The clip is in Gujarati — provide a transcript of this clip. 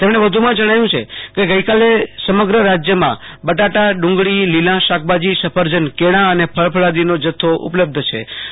તેમણે વધુમાં જણાવ્યું છ કે ગઈકાલે સમગ્ર રાજયમાં બટાટા ડુંગળો લીલાં શાકભાજી સફરજ ન કેળા અને ફળ ફળાદીનો જથ્થો ઉપલબ્ધછે